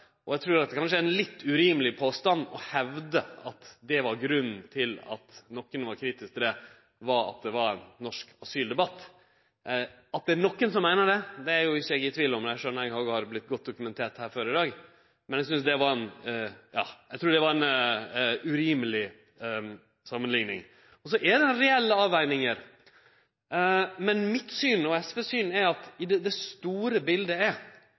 og det er den eg veit at andre parti har. Det er kanskje litt urimeleg å påstå at grunnen til at nokon var kritisk til dette, var at det var ein norsk asyldebatt. At det er nokon som meiner det, er ikkje eg i tvil om, det skjønar eg, og det har vorte godt dokumentert her før i dag, men eg trur det var ei urimeleg samanlikning. Så er det reelle avvegingar. Men mitt syn og SVs syn er at det store bildet er